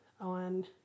on